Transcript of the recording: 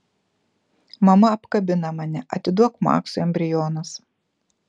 mama apkabina mane atiduok maksui embrionus